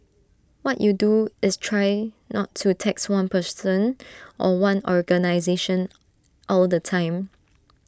what you do is try not to tax one person or one organisation all the time